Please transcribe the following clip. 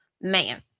man